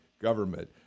government